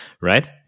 right